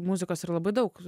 muzikos yra labai daug